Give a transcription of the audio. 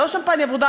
לא שמפניה ורודה.